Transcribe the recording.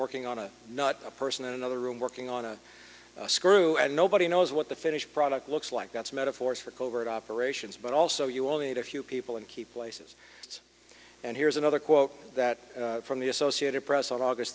working on a not a person in another room working on a screw and nobody knows what the finished product looks like that's metaphors for covert operations but also you only need a few people and keep places it's and here's another quote that from the associated press on aug